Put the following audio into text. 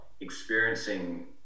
experiencing